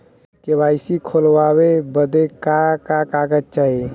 KYC खोलवावे बदे का का कागज चाही?